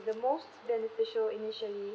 the most beneficial initially